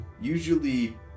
usually